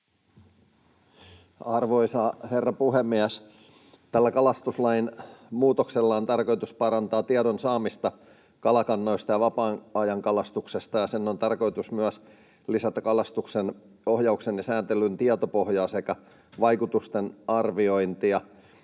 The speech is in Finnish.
Arvoisa herra puhemies! Tällä kalastuslain muutoksella on tarkoitus parantaa tiedon saamista kalakannoista ja vapaa-ajankalastuksesta, ja sen on tarkoitus myös lisätä kalastuksen ohjauksen ja sääntelyn tietopohjaa sekä vaikutusten arviointia.